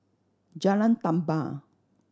Jalan Tambur